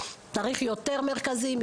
צריך יותר מרכזים,